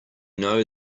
know